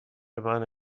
منو